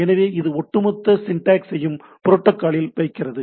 எனவே இது ஒட்டுமொத்த சிண்டாக்ஸ் யும் புரோட்டோகாலில் வைக்கிறது